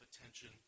attention